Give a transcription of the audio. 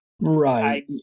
Right